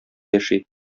яши